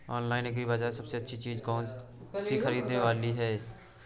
Online agri बाजार में सबसे अच्छी चीज कौन सी ख़रीदने वाली है?